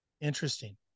Interesting